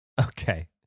Okay